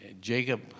Jacob